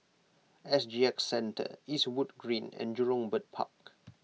S G X Centre Eastwood Green and Jurong Bird Park